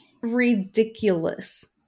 ridiculous